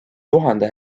tuhande